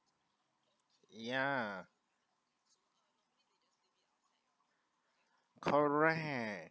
ya correct